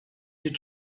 you